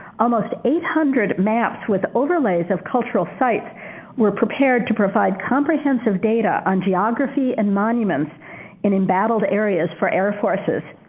almost eight hundred maps with overlays of cultural sites were prepared to provide comprehensive data on geography and monuments in embattled areas for air forces.